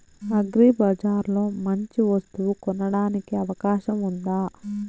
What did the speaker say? అగ్రిబజార్ లో మంచి వస్తువు కొనడానికి అవకాశం వుందా?